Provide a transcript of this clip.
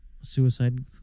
suicide